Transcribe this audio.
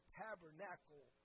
tabernacle